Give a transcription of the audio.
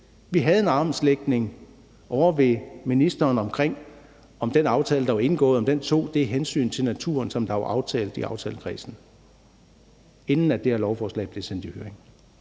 Vi havde en armlægning ovre ved ministeren omkring, om den aftale, der var indgået, tog det hensyn til naturen, som der var aftalt i aftalekredsen, inden det her lovforslag blev sendt i høring,